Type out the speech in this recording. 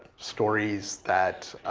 stories that